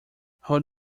hold